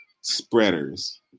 spreaders